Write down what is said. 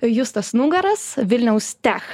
justas nugaras vilniaus tech